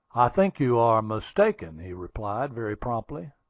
i think you are mistaken, he replied very promptly.